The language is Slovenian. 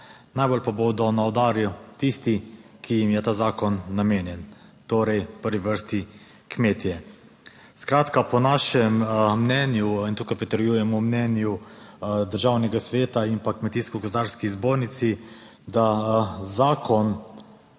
Najbolj pa bodo na udaru tisti, ki jim je ta zakon namenjen, v prvi vrsti kmetje. Po našem mnenju, in tukaj pritrjujemo mnenju Državnega sveta in Kmetijsko gozdarski zbornici, da zakon